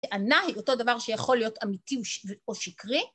טענה היא אותו דבר שיכול להיות אמיתי או שקרי.